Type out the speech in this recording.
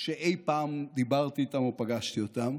שאי פעם דיברתי איתם או פגשתי אותם.